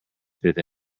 fifth